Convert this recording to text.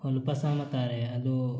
ꯑꯣ ꯂꯨꯄꯥ ꯆꯥꯝꯃ ꯇꯥꯔꯦ ꯑꯗꯨ